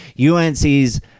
UNC's